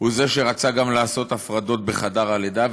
הוא זה שרצה גם לעשות הפרדות בחדר הלידה,